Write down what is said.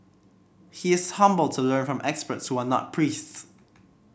he is humble to learn from experts who are not priests